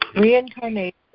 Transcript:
Reincarnation